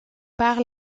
par